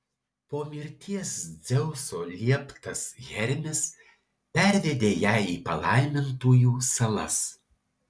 po mirties dzeuso lieptas hermis pervedė ją į palaimintųjų salas